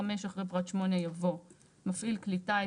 (5) אחרי פרט (8) יבוא: מפעיל כלי טיס,